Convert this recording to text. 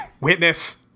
Witness